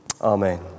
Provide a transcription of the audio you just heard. Amen